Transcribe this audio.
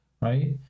right